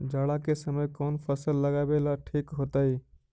जाड़ा के समय कौन फसल लगावेला ठिक होतइ?